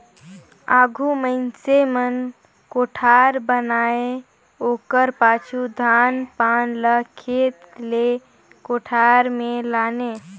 आघु मइनसे मन कोठार बनाए ओकर पाछू धान पान ल खेत ले कोठार मे लाने